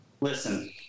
Listen